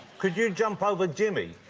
could you jump over jimmy?